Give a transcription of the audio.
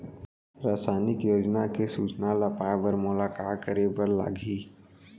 सामाजिक योजना के सूचना ल पाए बर मोला का करे बर लागही?